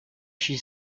she